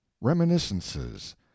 Reminiscences